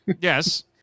Yes